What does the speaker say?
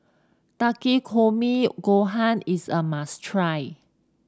Takikomi Gohan is a must try